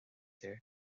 here